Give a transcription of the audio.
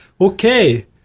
Okay